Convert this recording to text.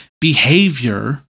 behavior